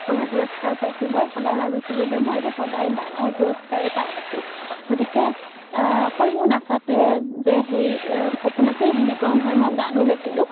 সৰু পুৰস্কাৰ পাইছোঁ মই সদায় ভাবিছিলোঁ যে মই এইটো সদায় ডাঙৰ পুৰস্কাৰেই পাই আছো গতিকে অকল মোৰ নাচাটোৱেই যে হেৰি সপোন আছিল সেনেকুৱাও নহয় মই গানো গাইছিলোঁ